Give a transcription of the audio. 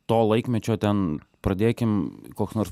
to laikmečio ten pradėkim koks nors